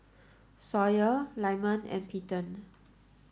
Sawyer Lyman and Peyton